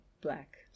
black